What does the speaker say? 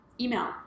email